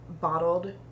bottled